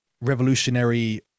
revolutionary